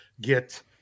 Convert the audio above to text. get